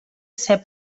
ser